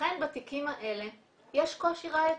לכן בתיקים האלה יש קושי ראייתי.